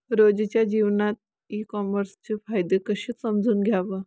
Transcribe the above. रोजच्या जीवनात ई कामर्सचे फायदे कसे समजून घ्याव?